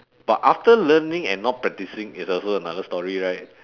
but after learning and not practising it's also another story right